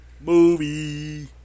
movie